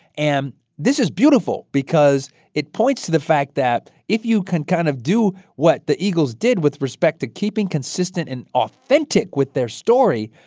and this is beautiful because it points to the fact that if you can kind of do what the eagles did, with respect to keeping consistent and authentic with their story,